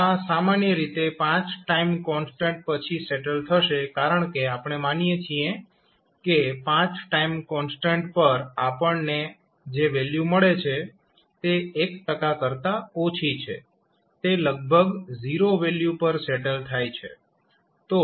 તો આ સામાન્ય રીતે 5 ટાઈમ કોન્સ્ટન્ટ પછી સેટલ થશે કારણકે આપણે માનીએ છીએ કે 5 ટાઇમ કોન્સ્ટન્ટ પર આપણને જે વેલ્યુ મળે છે તે 1 કરતા ઓછી છે તે લગભગ 0 વેલ્યુ પર સેટલ થાય છે